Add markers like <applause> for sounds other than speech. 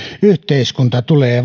yhteiskunta tulee <unintelligible>